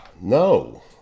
No